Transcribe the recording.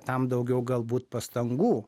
tam daugiau galbūt pastangų